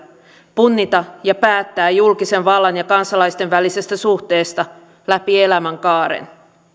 punnita ja päättää julkisen vallan ja kansalaisten välisestä suhteesta läpi elämänkaaren